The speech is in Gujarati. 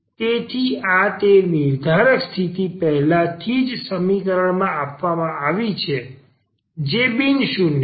તેથી આ તે નિર્ધારક સ્થિતિ પહેલાથી જ સમીકરણમાં આપવામાં આવી છે જે બિન શૂન્ય છે